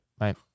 Right